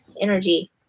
energy